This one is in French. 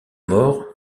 mort